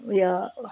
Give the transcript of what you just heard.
उयो